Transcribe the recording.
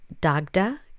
Dagda